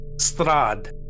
Strad